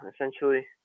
essentially